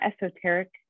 esoteric